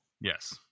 Yes